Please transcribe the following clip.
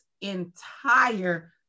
entire